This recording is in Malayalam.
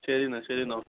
ശരി എന്നാൽ ശരി എന്നാൽ